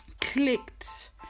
clicked